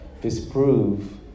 disprove